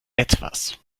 etwas